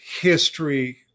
history